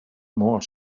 more